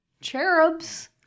Cherubs